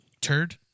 Turd